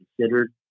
considered